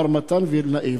מר מתן וילנאי,